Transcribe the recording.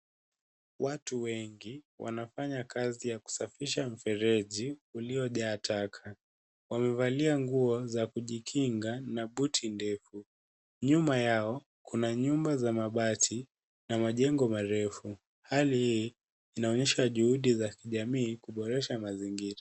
Watu wengi wanafanya kazi ya kusafisha mfereji uliojaa taka. Wamevalia nguo za kujikinga na buti ndefu. Nyuma yao, kuna nyumba za mabati na majengo marefu. Hali hii inaonyesha juhudi za kijamii kuboresha mazingira.